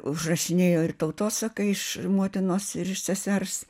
užrašinėjo ir tautosaką iš motinos ir iš sesers